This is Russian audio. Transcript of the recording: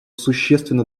существенно